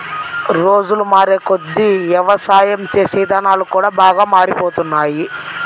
రోజులు మారేకొద్దీ యవసాయం చేసే ఇదానాలు కూడా బాగా మారిపోతున్నాయ్